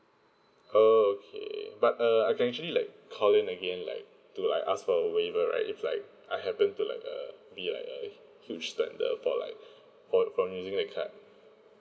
oh okay but uh I can actually like calling again like to I ask for a waiver right if like I happen to uh be like uh huge spender for like from from using the card